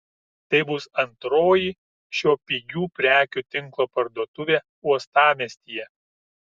tai bus antroji šio pigių prekių tinklo parduotuvė uostamiestyje